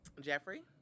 Jeffrey